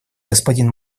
господин